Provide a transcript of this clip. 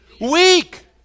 weak